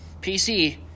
PC